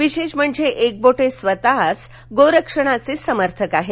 विशेष हणजे एकबोटे स्वतः गोरक्षणाचे समर्थक आहेत